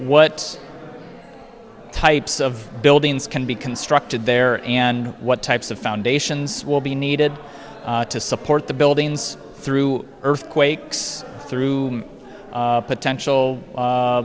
what types of buildings can be constructed there and what types of foundations will be needed to support the buildings through earthquakes through potential